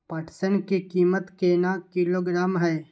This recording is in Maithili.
पटसन की कीमत केना किलोग्राम हय?